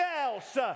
else